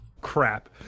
crap